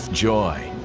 joy.